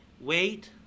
Wait